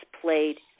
played